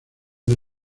del